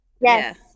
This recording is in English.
Yes